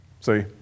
see